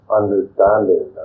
understanding